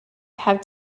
have